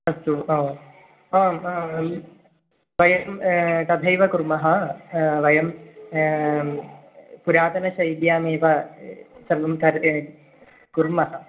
अस्तु ओ आम् आं वयं तथैव कुर्मः वयं पुरातनशैल्यामेव सर्वं कर् कुर्मः